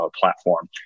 platform